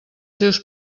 seus